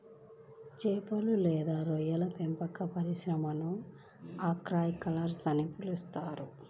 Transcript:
చేపలు లేదా రొయ్యల పెంపక పరిశ్రమని ఆక్వాకల్చర్ అని పిలుస్తారు